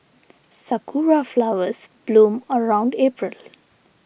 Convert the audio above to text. sakura flowers bloom around April